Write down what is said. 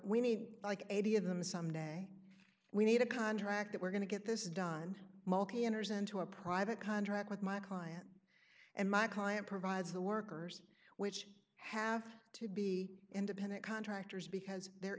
we need like eighty of them some day we need a contract that we're going to get this done mulkey enters into a private contract with my client and my client provides the workers which have to be independent contractors because there